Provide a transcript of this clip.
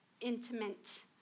intimate